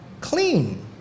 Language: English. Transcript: clean